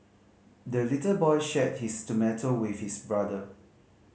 the little boy shared his tomato with his brother